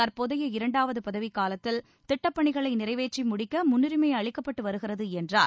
தற்போதைய இரண்டாவது பதவிக்காலத்தில் திட்டப் பணிகளை நிறைவேற்றி முடிக்க முன்னுரிமை அளிக்கப்பட்டு வருகிறது என்றார்